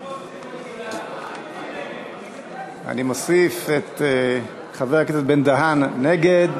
אני מוסיף את חבר הכנסת בן-דהן, נגד.